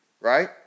right